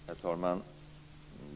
Herr talman!